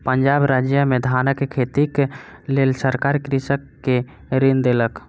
पंजाब राज्य में धानक खेतीक लेल सरकार कृषक के ऋण देलक